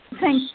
thank